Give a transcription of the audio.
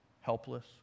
helpless